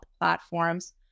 platforms